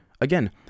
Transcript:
Again